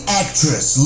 actress